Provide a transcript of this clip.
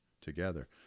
together